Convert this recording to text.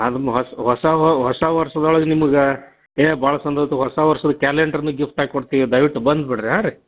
ಅದು ಮ ಹೊಸ ಹೊಸ ವ ಹೊಸ ವರ್ಷದೊಳಗೆ ನಿಮಗೆ ಏಯ್ ಭಾಳ ಹೊಸ ವರ್ಷದ ಕ್ಯಾಲೆಂಡರ್ನು ಗಿಫ್ಟಾಗಿ ಕೊಡ್ತೀವಿ ದಯ್ವಿಟ್ಟು ಬಂದು ಬಿಡಿರಿ ಹಾಂ ರೀ